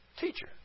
teacher